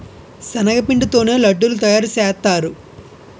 శనగపిండి తోనే లడ్డూలు తయారుసేత్తారు